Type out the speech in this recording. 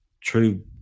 true